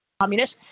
communist